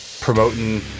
promoting